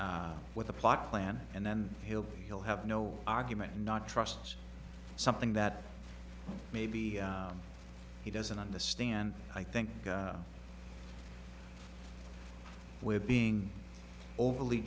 with a plot plan and then he'll he'll have no argument and not trust something that maybe he doesn't understand i think we're being overly